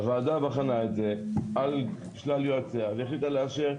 הוועדה בחנה את זה על שלל יועציה והחליטה לאשר,